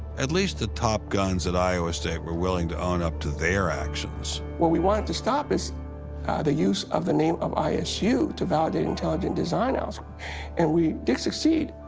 at least the top guns at iowa state were willing to own up to their actions. what we wanted to stop is the use of the name of isu to validate intelligent design. ah so and we did succeed.